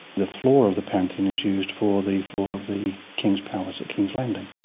the floor of the pantheon is used for the floor of the king's palace at kings landing.